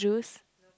juice